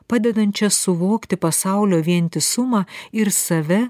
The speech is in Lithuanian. padedančias suvokti pasaulio vientisumą ir save